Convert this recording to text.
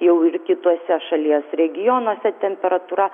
jau ir kituose šalies regionuose temperatūra